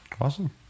Awesome